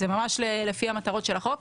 זה ממש לפי המטרות של החוק.